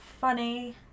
funny